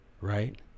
right